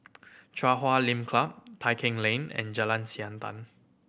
Chui Huay Lim Club Tai Keng Lane and Jalan Siantan